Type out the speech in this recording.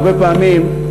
והרבה פעמים,